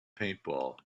paintball